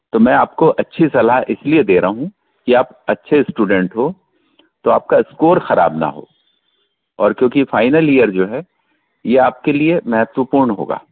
तो मैं आपको अच्छी सलाह इसलिए दे रहा हूँ की आप अच्छे स्टूडेंट हो तो आपका स्कोर खराब ना हो और क्योंकि फाइनल ईयर जो है ये आपके लिए महत्वपूर्ण होगा